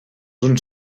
uns